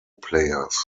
players